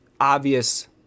obvious